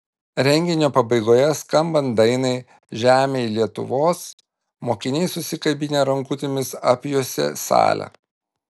renginio pabaigoje skambant dainai žemėj lietuvos mokiniai susikabinę rankutėmis apjuosė salę